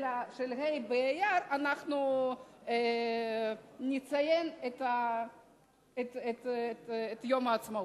של ה' באייר, אנחנו נציין את יום העצמאות.